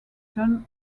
john